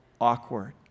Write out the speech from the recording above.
awkward